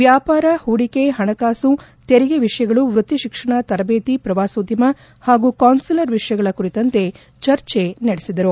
ವ್ಯಾಪಾರ ಹೂಡಿಕೆ ಹಣಕಾಸು ತೆರಿಗೆ ವಿಷಯಗಳು ವೃತ್ತಿ ಶಿಕ್ಷಣ ತರಬೇತಿ ಪ್ರವಾಸೋದ್ದಮ ಹಾಗೂ ಕಾನ್ನುಲರ್ ವಿಷಯಗಳ ಕುರಿತಂತೆ ಚರ್ಚೆ ನಡೆಸಿದರು